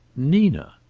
nina!